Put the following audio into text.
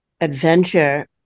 adventure